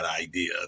idea